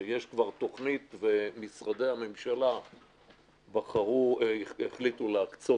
שיש כבר תוכנית ושמשרדי הממשלה החליטו להקצות